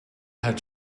had